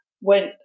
went